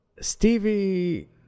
Stevie